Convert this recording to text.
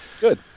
Good